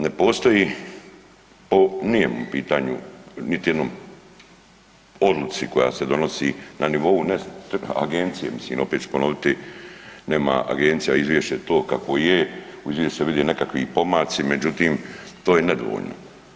Ne postoji o nijednom pitanju, niti jednoj odluci koja se donosi na nivou ne agencije, mislim opet ću ponoviti, nema agencija izvješće to kakvo je, u izvješću se vide i nekakvi pomaci, međutim to je nedovoljno.